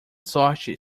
sorte